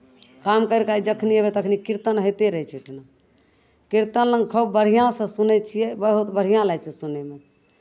काम करि कऽ जखनि अयबै तखनि कीर्तन होइते रहै छै ओहिठिना कीर्तन खूब बढ़िआँसँ सुनै छियै बहुत बढ़िआँ लागै छै सुनयमे